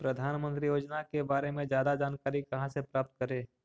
प्रधानमंत्री योजना के बारे में जादा जानकारी कहा से प्राप्त करे?